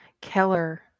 Keller